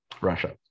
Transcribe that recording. Russia